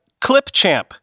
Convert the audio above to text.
ClipChamp